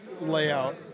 layout